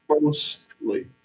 mostly